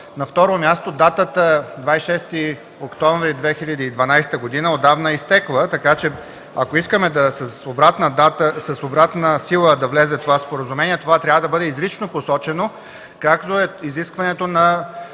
На второ място, датата 26 октомври 2012 г. отдавна е изтекла, така че ако искаме това Споразумение да влезе с обратна сила, това трябва да бъде изрично посочено, както е изискването на